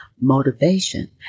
motivation